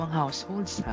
households